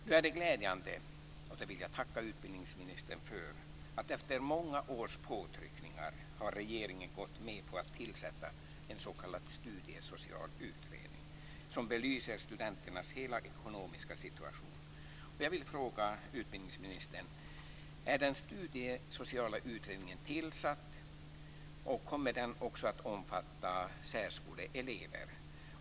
Nu är det glädjande, och det vill jag tacka utbildningsministern för, att regeringen efter många års påtryckningar har gått med på att tillsätta en s.k. studiesocial utredning som belyser studenternas hela ekonomiska situation. Jag vill fråga utbildningsministern: Är den studiesociala utredningen tillsatt? Kommer den också att omfatta särskoleelever?